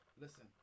listen